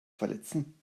verletzen